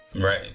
Right